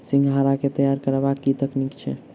सिंघाड़ा केँ तैयार करबाक की तकनीक छैक?